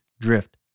drift